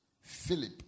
Philip